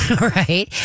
right